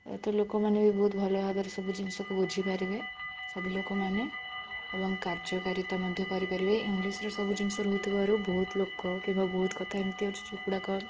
ପ୍ରାୟତଃ ଲୋକମାନେ ବି ବହୁତ ଭଲ ଭାବରେ ସବୁ ଜିନିଷ କୁ ବୁଝି ପାରିବେ ସବୁ ଲୋକମାନେ ଏବଂ କାର୍ଯ୍ୟକାରିତା ମଧ୍ୟ କରିପାରିବେ ଇଂଲିଶ ରେ ସବୁ ଜିନିଷ ରହୁଥିବାରୁ ବହୁତ ଲୋକ କିମ୍ବା ବହୁତ କଥା ଏମିତି ଅଛି ଯେଉଁଗୁଡ଼ାକ